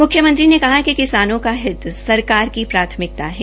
मुख्यमंत्री ने कहा कि किसानों का हित सरकार की प्राथमिकता है